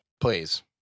Please